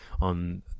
on